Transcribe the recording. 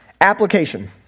application